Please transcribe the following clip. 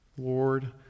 Lord